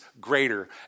greater